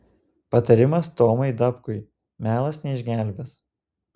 patarimas tomui dapkui melas neišgelbės